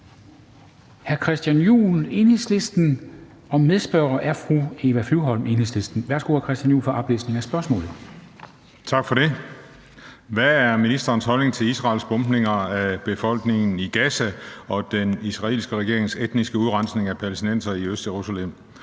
Hvad er ministerens holdning til Israels bombninger af befolkningen i Gaza og den israelske regerings etniske udrensning af palæstinensere i Østjerusalem,